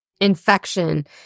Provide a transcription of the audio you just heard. infection